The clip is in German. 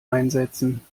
einsetzen